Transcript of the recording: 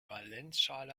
valenzschale